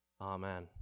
Amen